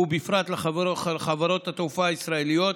ובפרט לחברות התעופה הישראליות,